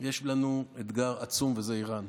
יש לנו אתגר עצום, וזה איראן.